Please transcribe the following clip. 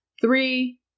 three